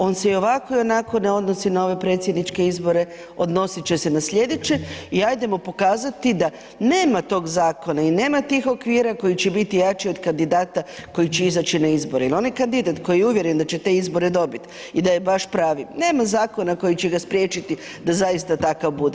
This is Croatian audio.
On se i ovako i onako ne odnosi na ove predsjedničke izbore, odnosit će se na sljedeće i hajdemo pokazati da nema tog zakona i nema tih okvira koji će biti jači od kandidata koji će izaći na izbore jer onaj kandidat koji je uvjeren da će te izbore dobiti i da je baš pravi nema zakona koji će ga spriječiti da zaista takav bude.